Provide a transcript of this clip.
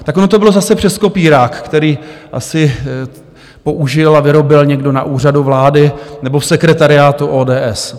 Tak ono to bylo zase přes kopírák, který asi použil a vyrobil někdo na Úřadu vlády nebo v sekretariátu ODS.